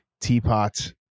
teapot